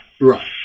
Right